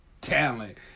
talent